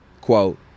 Quote